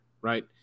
right